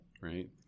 right